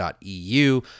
eu